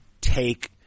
take